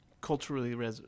culturally